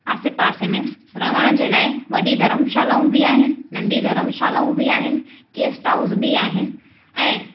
आसे पासे में रहण जे लाइ वॾी धर्मशालाऊं बि आहिनि नंढी धर्मशालाऊं बि आहिनि गेस्ट हाउस बि आहिनि ऐं